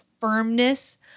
firmness